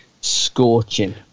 scorching